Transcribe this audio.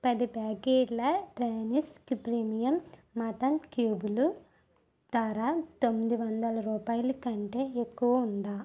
పది ప్యాకెట్ల Danish premium mutton క్యూబులు ధర తొమ్మిది వందల రూపాయల కంటే ఎక్కువ ఉందా